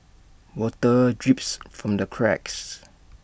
water drips from the cracks